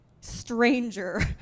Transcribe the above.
stranger